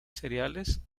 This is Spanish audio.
cereales